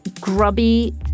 grubby